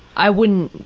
i wouldn't,